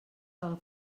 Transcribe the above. del